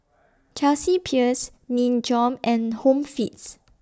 Chelsea Peers Nin Jiom and Home Fix